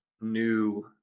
new